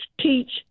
teach